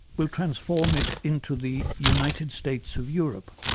will transform it into the united states of europe,